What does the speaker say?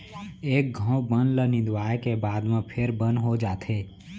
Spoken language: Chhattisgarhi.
एक घौं बन ल निंदवाए के बाद म फेर बन हो जाथे